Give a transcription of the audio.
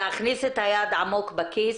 להכניס את היד עמוק בכיס,